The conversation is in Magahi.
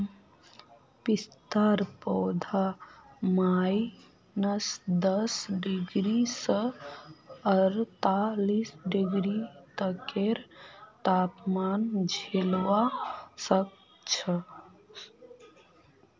पिस्तार पौधा माइनस दस डिग्री स अड़तालीस डिग्री तकेर तापमान झेलवा सख छ